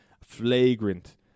flagrant